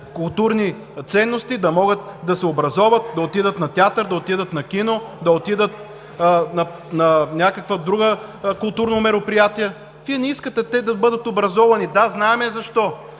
културни ценности, да могат да се образоват, да отидат на театър, да отидат на кино, да отидат на някакво друго културно мероприятие?! Вие не искате те да бъдат образовани – да, знаем защо.